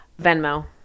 Venmo